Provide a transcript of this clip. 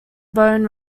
bone